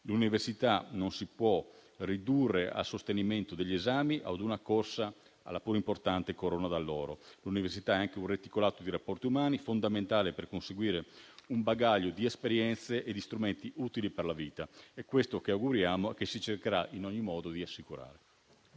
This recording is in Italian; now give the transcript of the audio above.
L'università non si può ridurre al sostenimento degli esami o a una corsa alla pur importante corona d'alloro. L'università è anche un reticolato di rapporti umani, fondamentale per conseguire un bagaglio di esperienze e di strumenti utili per la vita. È questo che auguriamo e che si cercherà in ogni modo di assicurare.